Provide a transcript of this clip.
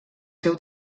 seu